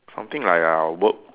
something like uh work